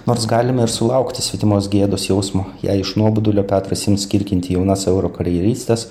nors galime ir sulaukti svetimos gėdos jausmo jei iš nuobodulio petras ims kirkint jaunas euro karjeristes